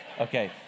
Okay